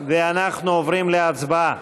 אנחנו עוברים להצבעה.